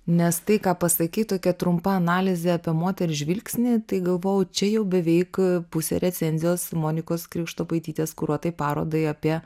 nes tai ką pasakyt tokia trumpa analizė apie moters žvilgsnį tai galvojau čia jau beveik pusė recenzijos monikos krikštopaitytės kuruotai parodai apie